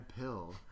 pill